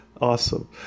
awesome